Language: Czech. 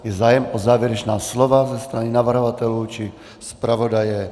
Je zájem o závěrečná slova ze strany navrhovatelů či zpravodaje?